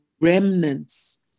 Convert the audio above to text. remnants